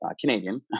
canadian